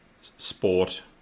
sport